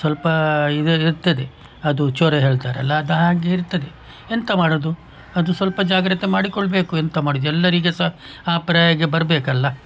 ಸ್ವಲ್ಪ ಇದು ಇರ್ತದೆ ಅದು ಚೊರೆ ಹೇಳ್ತಾರಲ್ಲ ಅದು ಆಗಿರ್ತದೆ ಎಂತ ಮಾಡೋದು ಅದು ಸ್ವಲ್ಪ ಜಾಗ್ರತೆ ಮಾಡಿಕೊಳ್ಳಬೇಕು ಎಂತ ಮಾಡೋದು ಎಲ್ಲರಿಗೆ ಸಹ ಆ ಪ್ರಾಯಕ್ಕೆ ಬರಬೇಕಲ್ಲ